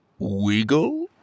Wiggle